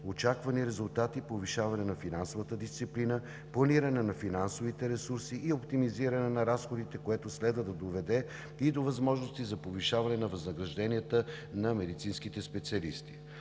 Очаквани резултати – повишаване на финансовата дисциплина, планиране на финансовите ресурси и оптимизиране на разходите, които следва да доведат и до възможности за повишаване на възнагражденията на медицинските специалисти.